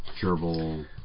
gerbil